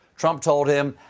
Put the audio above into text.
trump told him,